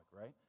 right